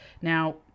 Now